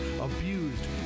abused